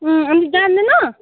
अँ अन्त जाँदैन